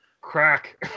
crack